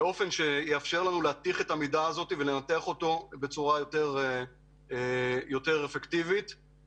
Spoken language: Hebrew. באופן שיאפשר לנו לנתח את המידע בצורה אפקטיבית יותר.